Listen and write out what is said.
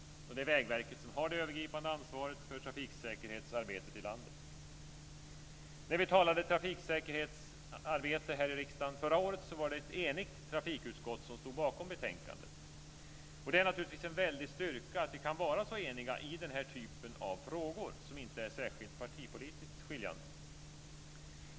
Och det är Vägverket som har det övergripande ansvaret för trafiksäkerhetsarbetet i landet. När vi talade trafiksäkerhet här i riksdagen förra året var det ett enigt trafikutskott som stod bakom betänkandet. Det är naturligtvis en väldig styrka att vi kan vara så eniga i den här typen av frågor som inte är särskilt partipolitiskt skiljande.